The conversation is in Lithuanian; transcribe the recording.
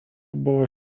buvo